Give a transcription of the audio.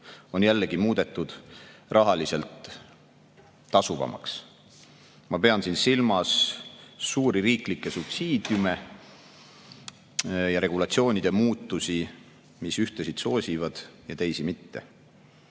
on muudetud rahaliselt tasuvamaks. Ma pean siin silmas suuri riiklikke subsiidiume ja regulatsioonide muutusi, mis ühtesid soosivad ja teisi mitte.